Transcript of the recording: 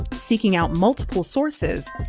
seeking out multiple sources,